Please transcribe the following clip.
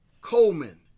Coleman